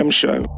show